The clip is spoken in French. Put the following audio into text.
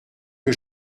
que